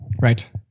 Right